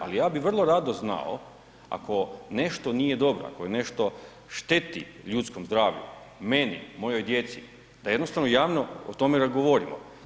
Ali ja bi vrlo rado znao, ako nešto nije dobro, ako je nešto šteti ljudskom zdravlju, meni, mojoj djeci, da jednostavno javno o tome govorimo.